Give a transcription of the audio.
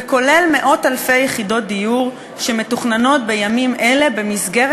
וכולל מאות-אלפי יחידות דיור שמתוכננות בימים אלה במסגרת